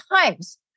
times